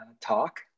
talk